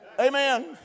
Amen